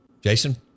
Jason